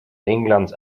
englands